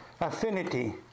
affinity